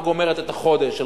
לא גומרת את החודש,